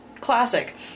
classic